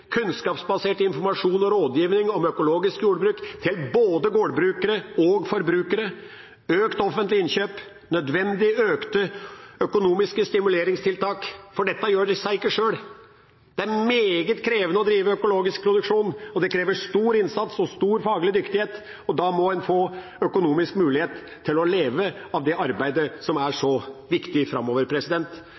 kunnskapsbasert informasjon og rådgivning om økologisk jordbruk til både gårdbrukere og forbrukere, økt offentlig innkjøp, nødvendig økte økonomiske stimuleringstiltak, for dette gjør seg ikke sjøl. Det er meget krevende å drive økologisk produksjon, og det krever stor innsats og stor faglig dyktighet, og da må en få økonomisk mulighet til å leve av arbeidet som er så viktig framover.